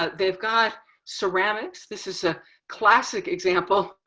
ah they've got ceramics. this is a classic example,